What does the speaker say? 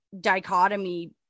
dichotomy